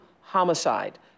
homicide